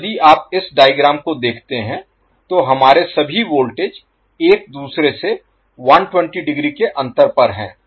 तो यदि आप इस डायग्राम को देखते हैं तो हमारे सभी वोल्टेज एक दूसरे से 120 डिग्री के अंतर पर हैं